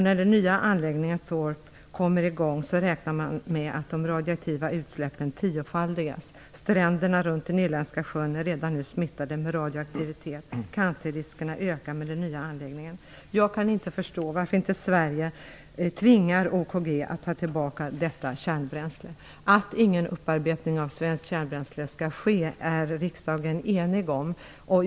När den nya upparbetningsanläggningen Thorp kommer i gång räknar man med att de radioaktiva utsläppen tiofaldigas. Stränderna runt den irländska sjön är redan smittade med radioaktivitet. Också cancerriskerna ökar med den nya anläggningen. Jag förstår inte varför Sverige inte tvingar OKG AB att ta tillbaka det svenska kärnbränslet. Riksdagen är ju enig om att det inte skall ske någon upparbetning av svenskt kärnbränsle.